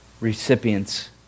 recipients